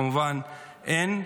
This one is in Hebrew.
כמובן שאין.